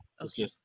okay